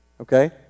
okay